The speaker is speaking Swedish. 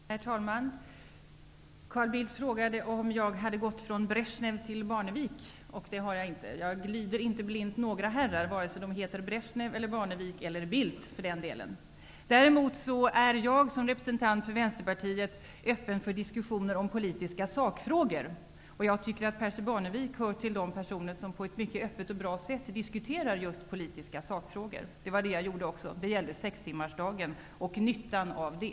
Herr talman! Carl Bildt frågade om jag hade gått från Bresjnev till Barnevik. Det har jag inte. Jag lyder inte några herrar blint, vare sig de heter Brezjnev, Barnevik eller Bildt. Däremot är jag som representant för Vänsterpartiet öppen för diskussioner om politiska sakfrågor. Jag tycker att Percy Barnevik hör till de personer som på ett mycket öppet och bra sätt diskuterar just politiska sakfrågor. Det var detta jag också gjorde. Det gällde sextimmarsdagen och nyttan av den.